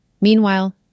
Meanwhile